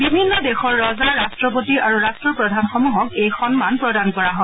বিভিন্ন দেশৰ ৰজা ৰাট্টপতি আৰু ৰাট্টপ্ৰধানসমূহক এই সন্মান প্ৰদান কৰা হয়